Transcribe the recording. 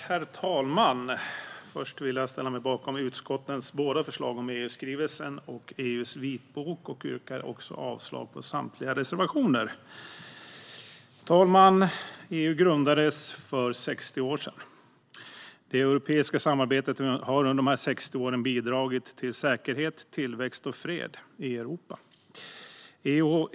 Herr talman! Först vill jag ställa mig bakom utskottets förslag om både EU-skrivelsen och EU:s vitbok och yrkar avslag på samtliga reservationer. Herr talman! EU grundades för 60 år sedan. Det europeiska samarbetet har under de 60 åren bidragit till säkerhet, tillväxt och fred i Europa.